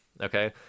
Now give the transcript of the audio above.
okay